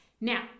Now